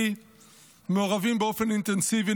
באוקטובר מעורבים באופן אינטנסיבי,